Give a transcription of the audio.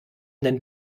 denn